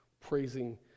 praising